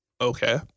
okay